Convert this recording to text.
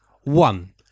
One